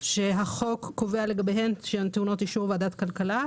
שהחוק קובע לגביהן שהן טעונות אישור ועדת הכלכלה.